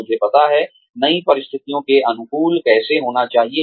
मुझे पता है नई परिस्थितियों के अनुकूल कैसे होना चाहिए